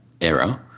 era